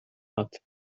hat